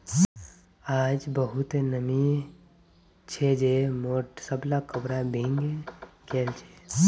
आइज बहुते नमी छै जे मोर सबला कपड़ा भींगे गेल छ